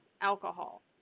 alcohol